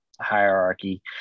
hierarchy